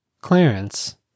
Clarence